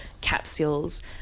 capsules